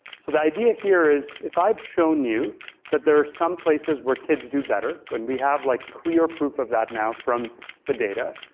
so the idea here is, if i've shown you that there are some places where kids do better, when we have like clear proof of that now from the data,